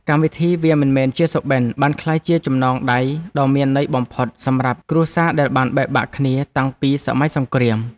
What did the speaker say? កម្មវិធីវាមិនមែនជាសុបិនបានក្លាយជាចំណងដៃដ៏មានន័យបំផុតសម្រាប់គ្រួសារដែលបានបែកបាក់គ្នាតាំងពីសម័យសង្រ្គាម។